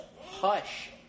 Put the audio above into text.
Hush